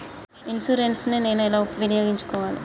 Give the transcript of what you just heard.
Insurance ని నేను ఎలా వినియోగించుకోవాలి?